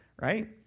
right